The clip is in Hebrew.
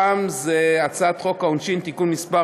הפעם זה הצעת חוק העונשין (תיקון מס'